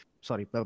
sorry